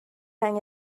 hang